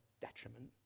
detriment